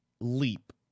leap